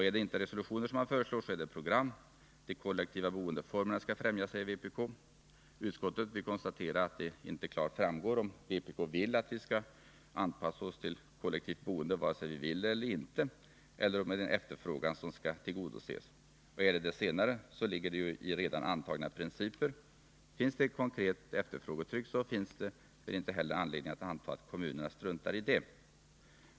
Är det inte resolutioner man föreslår så är det program. De kollektiva boendeformerna skall främjas, säger vpk. Utskottet konstaterar att det inte klart framgår om vpk önskar att vi anpassar oss till kollektivt boende, vare sig vi vill eller inte, eller om en efterfrågan skall tillgodoses. I det senare fallet gäller redan antagna principer. Om det finns ett konkret efterfrågetryck, finns det väl inte anledning att anta att kommunerna struntar i det.